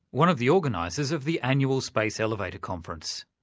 one of the organisers of the annual space elevator conference.